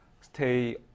stay